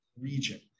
region